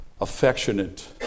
affectionate